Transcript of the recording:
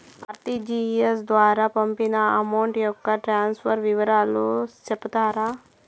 RTGS ద్వారా పంపిన amount యొక్క ట్రాన్స్ఫర్ వివరాలు సెప్తారా